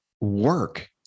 work